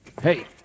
Hey